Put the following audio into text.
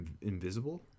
invisible